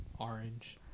orange